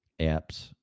apps